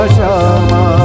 Shama